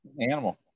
Animal